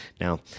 Now